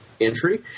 entry